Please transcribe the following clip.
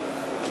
שהיושב-ראש,